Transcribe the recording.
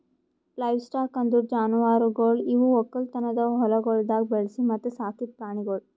livestock ಅಂದುರ್ ಜಾನುವಾರುಗೊಳ್ ಇವು ಒಕ್ಕಲತನದ ಹೊಲಗೊಳ್ದಾಗ್ ಬೆಳಿಸಿ ಮತ್ತ ಸಾಕಿದ್ ಪ್ರಾಣಿಗೊಳ್